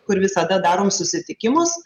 kur visada darom susitikimus